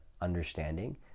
Understanding